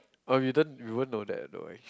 uh you don't we won't know that I know